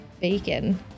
Bacon